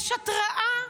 יש התרעה,